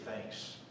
thanks